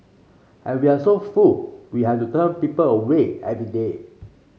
and we are so full we have to turn people away every day